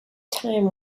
time